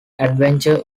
adventure